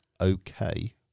okay